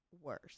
worse